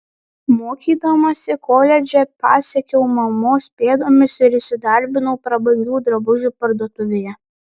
mokydamasi koledže pasekiau mamos pėdomis ir įsidarbinau prabangių drabužių parduotuvėje